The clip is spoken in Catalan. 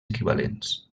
equivalents